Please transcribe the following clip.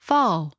Fall